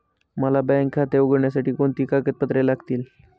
मला बँक खाते उघडण्यासाठी कोणती कागदपत्रे लागतील?